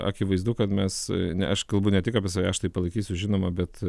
akivaizdu kad mes ne aš kalbu ne tik apie save aš tai palaikysiu žinoma bet